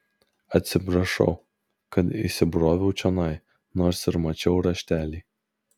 atsiprašau kad įsibroviau čionai nors ir mačiau raštelį